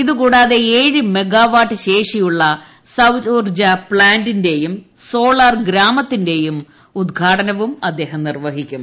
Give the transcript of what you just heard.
ഇതുകൂടാതെ ഏഴ് മെഗാവാട്ട് ശേഷിയുള്ള സൌരോർജ്ജ പ്ലാന്റിന്റെയും സോളാർ ഗ്രാമത്തിന്റെയും ഉദ്ഘാടനവും അദ്ദേഹം നിർവ്വഹിക്കും